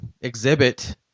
exhibit